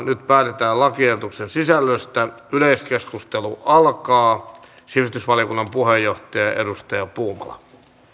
nyt päätetään lakiehdotuksen sisällöstä yleiskeskustelu alkaa sivistysvaliokunnan puheenjohtaja edustaja puumala